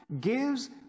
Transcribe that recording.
gives